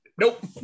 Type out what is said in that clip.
nope